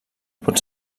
vots